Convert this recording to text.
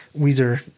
Weezer